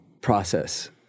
process